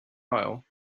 aisle